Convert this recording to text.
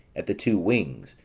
at the two wings,